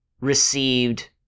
received